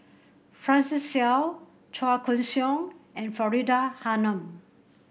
Francis Seow Chua Koon Siong and Faridah Hanum